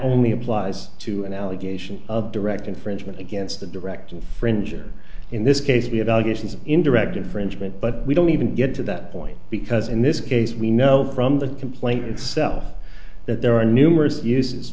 only applies to an allegation of direct infringement against a direct fringe or in this case b of allegations of indirect infringement but we don't even get to that point because in this case we know from the complaint itself that there are numerous uses